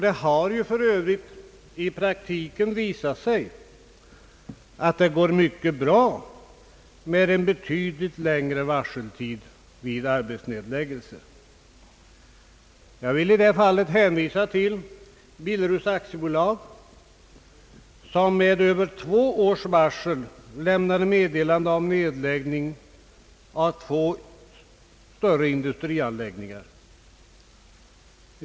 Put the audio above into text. Det har för övrigt i praktiken visat sig att det går bra med en betydligt längre varseltid vid driftsnedläggelser. Jag vill i detta fall hänvisa till Billeruds aktiebolag, som mer än två år i förväg lämnade meddelande om nedläggning av två större industrianläggningar.